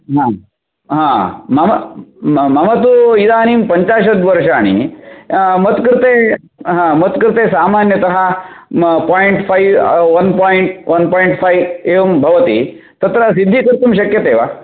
हं मम मम तु इदानीं पञ्चाशत् वर्षाणि मत्कृते ह मत्कृते सामान्यतः point five one point one point five एवं भवति तत्र सिद्धि कर्तुं शक्यते वा